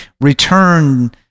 Return